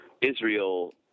Israel